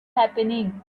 happening